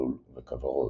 לול וכוורות.